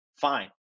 fine